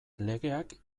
legeak